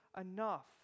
enough